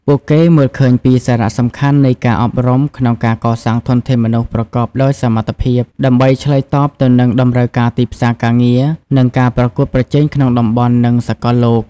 ពួកគេមើលឃើញពីសារៈសំខាន់នៃការអប់រំក្នុងការកសាងធនធានមនុស្សប្រកបដោយសមត្ថភាព ដើម្បីឆ្លើយតបទៅនឹងតម្រូវការទីផ្សារការងារ និងការប្រកួតប្រជែងក្នុងតំបន់ និងសកលលោក។